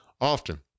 often